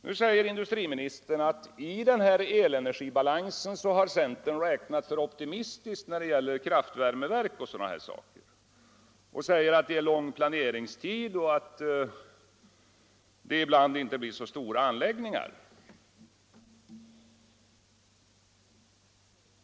Nu säger industriministern att centern i den här elenergibalansen har räknat alltför optimistiskt när det gäller kraftvärmeverk och sådana saker, att planeringstiden är lång och att det ibland inte blir särskilt stora anläggningar.